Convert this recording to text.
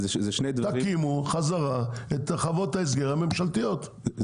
תקימו חזרה את תחנות ההסגר הממשלתיות,